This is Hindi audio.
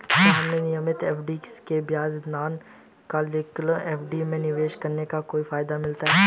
क्या हमें नियमित एफ.डी के बजाय नॉन कॉलेबल एफ.डी में निवेश करने का कोई फायदा मिलता है?